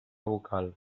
vocal